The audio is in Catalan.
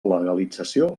legalització